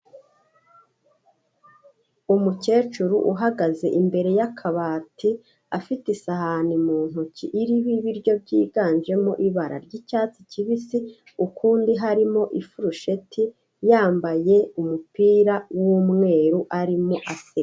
Umukecuru uhagaze imbere y'akabati afite isahani mu ntoki iriho ibiryo byiganjemo ibara ry'icyatsi kibisi, ukundi harimo ifurusheti, yambaye umupira w'umweru arimo aseka.